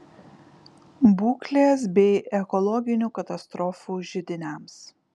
būklės bei ekologinių katastrofų židiniams